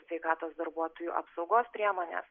sveikatos darbuotojų apsaugos priemonės